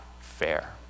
fair